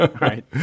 right